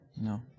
no